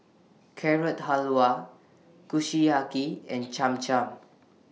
Carrot Halwa Kushiyaki and Cham Cham